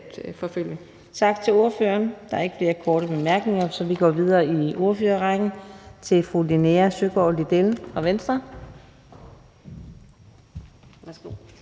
Tak til ordføreren. Der er ikke nogen korte bemærkninger. Vi går videre i ordførerrækken til fru Linea Søgaard-Lidell fra Venstre. Værsgo.